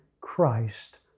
Christ